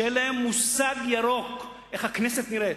כשאין להם מושג ירוק איך הכנסת נראית.